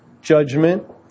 judgment